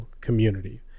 community